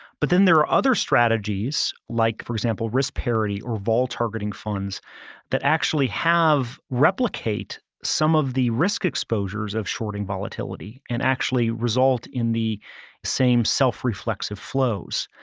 but then there are other strategies like for example risk parity or vol targeting funds that actually replicate some of the risk exposures of shorting volatility and actually result in the same self reflexive flows.